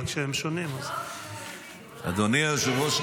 אבל כשהם שונים --- אדוני היושב-ראש,